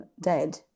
dead